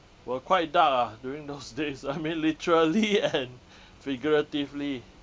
were quite dark ah during those days I mean literally and figuratively